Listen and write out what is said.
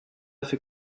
fait